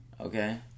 Okay